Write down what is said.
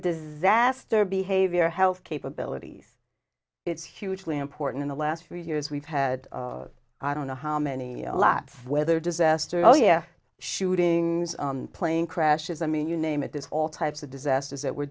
disaster behavioral health capabilities it's hugely important in the last three years we've had i don't know how many laps of weather disasters oh yeah shooting plane crashes i mean you name it there's all types of disasters that we're